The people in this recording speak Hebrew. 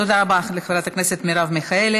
תודה רבה לחברת הכנסת מרב מיכאלי.